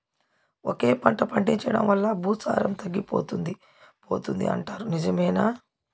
ఒకే పంట పండించడం వల్ల భూసారం తగ్గిపోతుంది పోతుంది అంటారు నిజమేనా